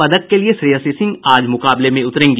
पदक के लिए श्रेयसी सिंह आज मुकाबले में उतरेंगी